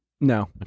No